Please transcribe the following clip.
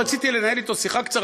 רציתי לנהל אתו שיחה קצרה,